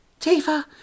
Tifa